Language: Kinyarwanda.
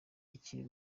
ikiri